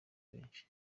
benshi